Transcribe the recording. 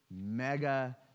mega